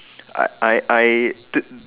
I I I did